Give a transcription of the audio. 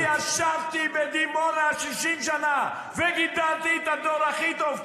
אני ישבתי בדימונה 60 שנה וגידלתי את הדור הכי טוב,